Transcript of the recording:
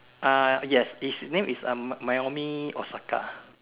uh yes his name is uh Naomi Osaka